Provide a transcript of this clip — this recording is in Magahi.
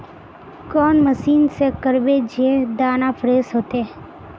कौन मशीन से करबे जे दाना फ्रेस होते?